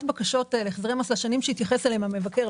בקשות להחזר אליהן התייחס המבקר,